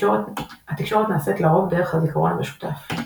התקשורת נעשית לרוב דרך הזיכרון המשותף.